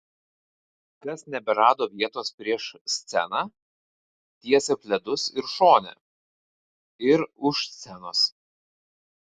kas neberado vietos prieš sceną tiesė pledus ir šone ir už scenos